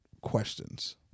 questions